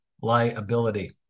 liability